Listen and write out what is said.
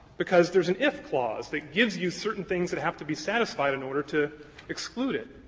because there's an if clause that gives you certain things that have to be satisfied in order to exclude it.